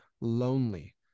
lonely